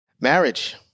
Marriage